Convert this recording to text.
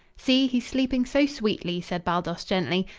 see he's sleeping so sweetly, said baldos gently.